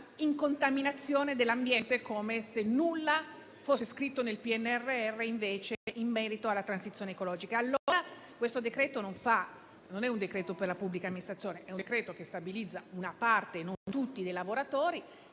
"incontaminazione" dell'ambiente, come se nulla fosse scritto nel PNRR in merito alla transizione ecologica. Questo decreto, allora, non è per la pubblica amministrazione; è un decreto che stabilizza una parte dei lavoratori,